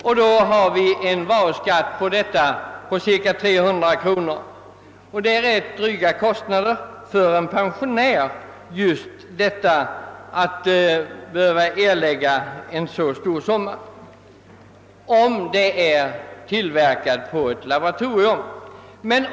Därtill kommer en varuskatt på cirka 300 kronor. Detta är dryga kostnader för en pensionär som måste erlägga en så hög summa, om protesen är tillverkad på ett dentallaboratorium.